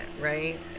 right